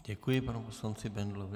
Děkuji panu poslanci Bendlovi.